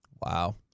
Wow